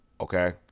Okay